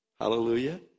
Hallelujah